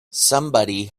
somebody